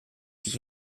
sich